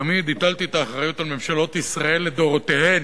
תמיד הטלתי את האחריות על ממשלות ישראל לדורותיהן.